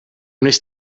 wnest